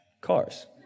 cars